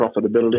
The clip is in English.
profitability